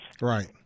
right